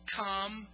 come